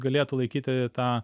galėtų laikyti tą